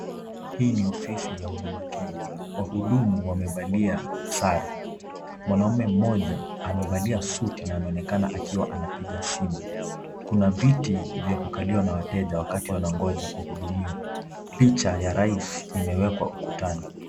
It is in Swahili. Hii ni ofisi ya HUDUMA KENYA. Wahudumu wamevalia sare. Mwanaume mmoja, amevalia suti na anaonekana akiwa anapiga simu. Kuna viti vya kukaliwa na weateja wakati wanangoja kuhudumiwa. Picha ya rais imewekwa ukutani.